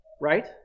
right